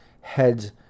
heads